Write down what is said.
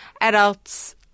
adults